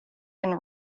and